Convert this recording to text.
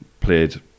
played